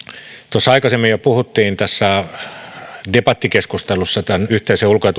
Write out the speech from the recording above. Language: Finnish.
tuossa aikaisemmin jo puhuttiin tässä debattikeskustelussa yhteisen ulko ja